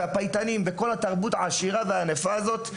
הפייטנים ואת כל התרבות העשירה והענפה הזו".